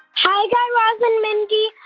hi, guy raz and mindy.